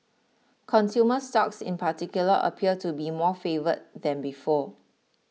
consumer stocks in particular appear to be more favoured than before